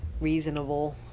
reasonable